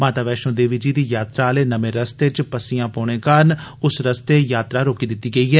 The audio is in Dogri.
माता वैष्णो देवी जी दी यात्रा आह्ले नमें रस्ते च पस्सियां पौने कारण उस रस्ते यात्रा रोकी दित्ती गेई ऐ